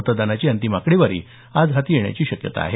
मतदानाची अंतिम आकडेवारी आज हाती येण्याची शक्यता आहे